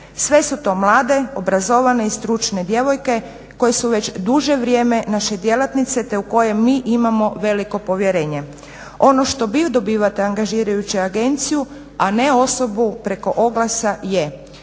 Sve su to mlade, obrazovane i stručne djevojke koje su već duže vrijeme naše djelatnice te u koje mi imamo veliko povjerenje. Ono što vi dobivate angažirajući agenciju, a ne osobu preko oglasa je